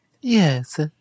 Yes